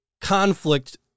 conflict